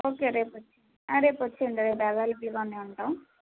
okay రేపు వచ్చే రేపు వచ్చేయండి రేపు అవైలబుల్గా ఉంటాం